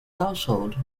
household